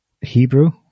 Hebrew